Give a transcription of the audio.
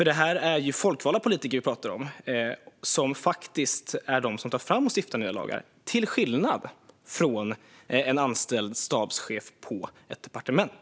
Det är nämligen folkvalda politiker vi talar om, som faktiskt är de som tar fram och stiftar nya lagar - till skillnad från en anställd stabschef på ett departement.